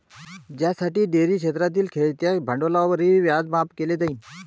ज्यासाठी डेअरी क्षेत्रातील खेळत्या भांडवलावरील व्याज माफ केले जाईल